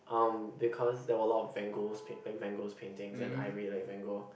um because there were a lot of Van-Gogh paint Van-Gogh painting and I really like Van-Gogh